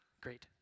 Great